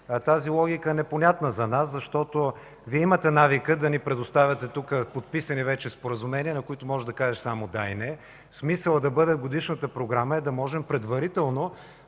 Тази логика е непонятна за нас, защото Вие имате навика да ни предоставяте тук подписани вече споразумения, на които може да кажеш само „да” и „не”. Смисълът да бъде в Годишната програма е да можем предварително,